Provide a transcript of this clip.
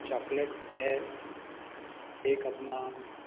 chocolate है एक अपना